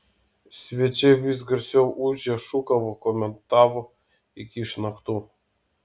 svečiai vis garsiau ūžė šūkavo komentavo iki išnaktų